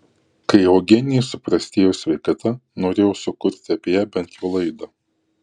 kai eugenijai suprastėjo sveikata norėjau sukurti apie ją bent jau laidą